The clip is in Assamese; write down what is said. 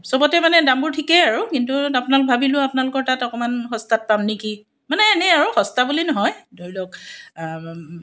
চবতে মানে দামটো ঠিকেই আৰু কিন্তু আপোনালোকৰ ভাবিলোঁ আপোনালোকৰ তাত অকণমান সস্তাত পাম নেকি মানে এনেই আৰু সস্তা বুলি নহয় ধৰি লওক